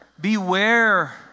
beware